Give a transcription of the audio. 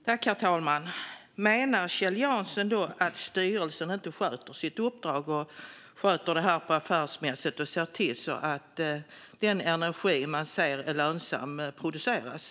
Herr talman! Menar då Kjell Jansson att styrelsen inte sköter sitt uppdrag? Sköter de inte detta affärsmässigt och ser till att den energi man ser är lönsam också produceras?